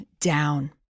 down